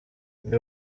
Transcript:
undi